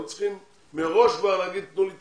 לא צריכים מראש כבר להגיד: תנו לי תקציב,